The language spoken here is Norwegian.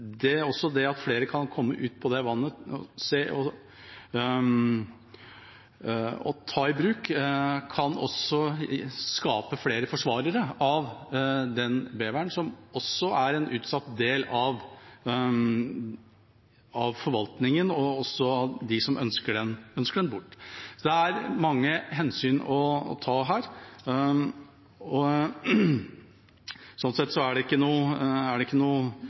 her er det snakk om beverkonflikter. Jeg vil tro at det at flere kommer ut på vannene og tar dem i bruk, kan skape flere forsvarere av beveren, som også er en utsatt del av forvaltningen, fordi noen ønsker den bort. Det er mange hensyn å ta her. Sånn sett er det